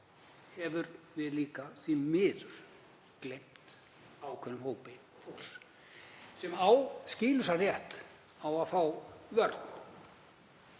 höfum við því miður gleymt ákveðnum hópi fólks sem á skýlausan rétt á að fá vörn,